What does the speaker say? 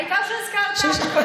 העיקר שהזכרת.